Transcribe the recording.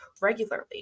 regularly